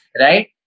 Right